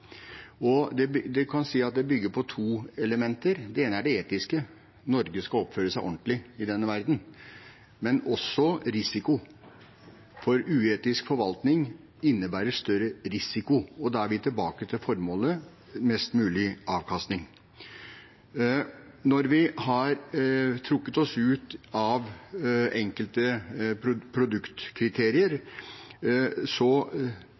Det kan vi si bygger på to elementer. Det ene er det etiske, at Norge skal oppføre seg ordentlig i denne verden. Men det er også risiko. For uetisk forvaltning innebærer større risiko, og da er vi tilbake til formålet – størst mulig avkastning. Når vi har trukket oss ut av enkelte produktkriterier